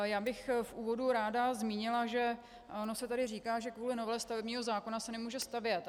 Já bych v úvodu ráda zmínila, že ono se tady říká, že kvůli novele stavebního zákona se nemůže stavět.